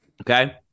Okay